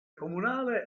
comunale